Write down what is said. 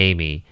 Amy